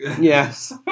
yes